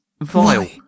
vile